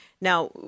Now